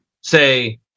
say